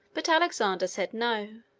but alexander said no.